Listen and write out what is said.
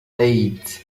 eight